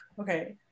Okay